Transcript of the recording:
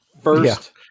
First